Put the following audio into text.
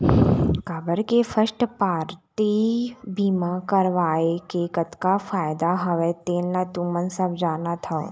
काबर के first party बीमा करवाय के कतका फायदा हवय तेन ल तुमन सब जानत हव